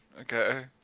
Okay